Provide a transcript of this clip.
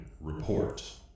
report